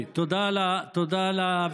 תודה על ההבהרה.